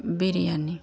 biryani